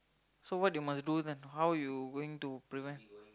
so what you must do then how you going to prevent